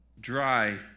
dry